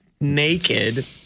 naked